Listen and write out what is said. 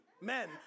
men